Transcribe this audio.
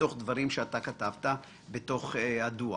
מתוך דברים שאתה כתבת בתוך הדוח